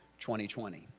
2020